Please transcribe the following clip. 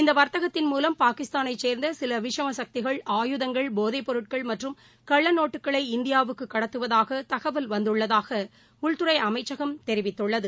இந்த வர்த்தகத்தின் மூலம் பாகிஸ்தானை சேர்ந்த சில விஷம சக்திகள் ஆயுதங்கள் போதை பொருட்கள் மற்றும் கள்ள நோட்டுகளை இந்தியாவுக்கு கடத்துவதாக தகவல் வந்துள்ளதாக உள்துறை அமைச்சகம் தெரிவித்துள்ளது